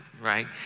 right